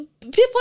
People